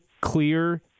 clear